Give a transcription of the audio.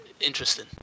interesting